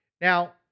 Now